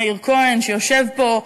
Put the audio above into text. מאיר כהן שיושב פה.